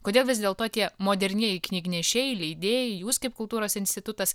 kodėl vis dėlto tie modernieji knygnešiai leidėjai jūs kaip kultūros institutas